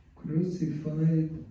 crucified